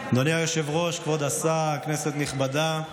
היושב-ראש, כבוד השר, כנסת נכבדה,